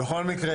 (הקרנת מצגת) בכל מקרה,